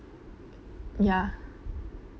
ya